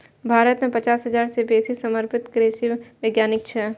भारत मे पचास हजार सं बेसी समर्पित कृषि वैज्ञानिक छै